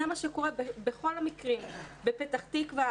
זה מה שקורה בכל המקרים, למשל בפתח תקווה.